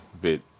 bit